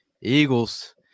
Eagles